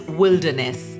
wilderness